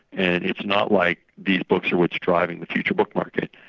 and it's not like these books are what's driving the future book market.